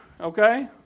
okay